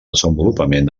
desenvolupament